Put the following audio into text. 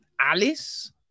Alice